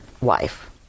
wife